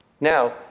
Now